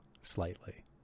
slightly